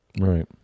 Right